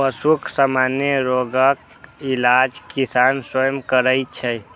पशुक सामान्य रोगक इलाज किसान स्वयं करै छै